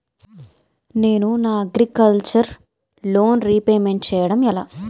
నేను నా agriculture loan repayment చేయడం ఎలా?